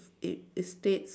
it it states